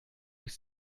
ich